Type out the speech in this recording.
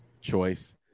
choice